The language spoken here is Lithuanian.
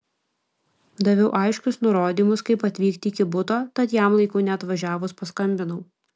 daviau aiškius nurodymus kaip atvykti iki buto tad jam laiku neatvažiavus paskambinau